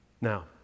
Now